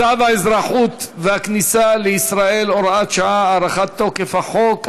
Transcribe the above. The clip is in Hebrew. צו האזרחות והכניסה לישראל (הוראת שעה) (הארכת תוקף החוק),